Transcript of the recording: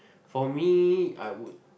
for me I would